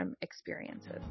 experiences